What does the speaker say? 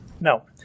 No